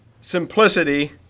simplicity